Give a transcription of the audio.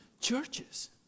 churches